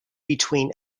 between